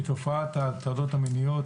את תופעת ההטרדות המיניות,